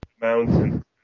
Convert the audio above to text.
mountain